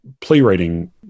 playwriting